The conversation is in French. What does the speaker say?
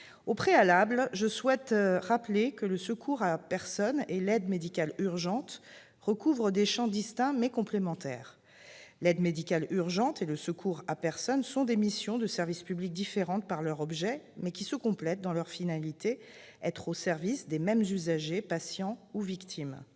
toutes choses, je souhaite rappeler que le secours à personne et l'aide médicale urgente recouvrent des champs distincts, mais complémentaires. L'aide médicale urgente et le secours à personne sont en effet des missions de service public différentes par leur objet ; néanmoins, elles se complètent dans leur finalité : le service des mêmes usagers, patients ou victimes.